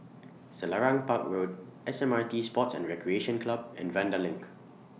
Selarang Park Road S M R T Sports and Recreation Club and Vanda LINK